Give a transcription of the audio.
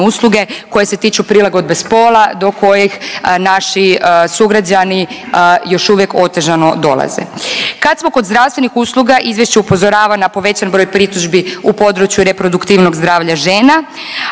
usluge koje se tiču prilagodbe spola do kojih naši sugrađani još uvijek otežao dolaze. Kad smo kod zdravstvenih usluga izvješće upozorava na povećan broj pritužbi u području reproduktivnog zdravlja žena